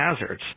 hazards